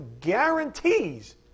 guarantees